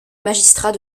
magistrats